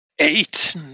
Eight